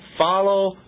Follow